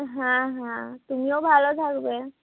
হ্যাঁ হ্যাঁ তুমিও ভালো থাকবে